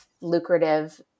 lucrative